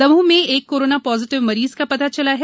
दमोह में एक corona positive मरीज का पता चला है